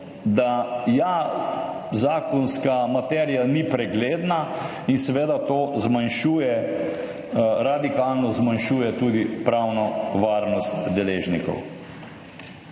da zakonska materija ni pregledna in seveda to radikalno zmanjšuje tudi pravno varnost deležnikov.